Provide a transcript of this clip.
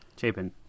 Chapin